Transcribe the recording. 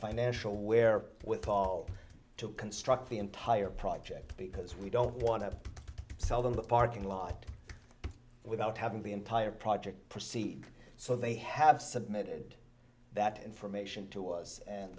financial where with all to construct the entire project because we don't want to sell them the parking lot without having the entire project proceed so they have submitted that information to us and